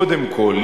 קודם כול,